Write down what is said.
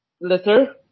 letter